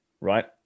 right